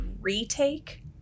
retake